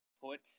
put